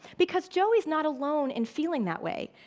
because joey is not alone in feeling that way.